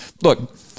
look